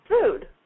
food